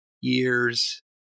years